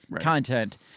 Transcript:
content